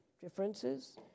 differences